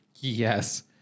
Yes